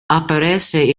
aparece